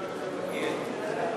הרכב הוועדה המסדרת נתקבל.